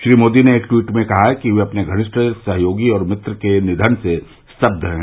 श्री मोदी ने एक ट्वीट में कहा कि वे अपने घनिष्ठ सहयोगी और मित्र के निधन से स्तब्य है